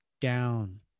down